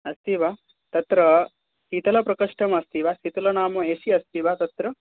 अस्ति वा तत्र शीतलप्रकोष्ठमस्ति वा शीतलं नाम ए सी अस्ति वा तत्र